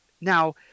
Now